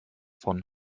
von